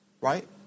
right